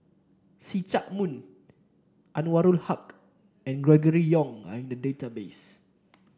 See Chak Mun Anwarul Haque and Gregory Yong are in the database